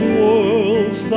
worlds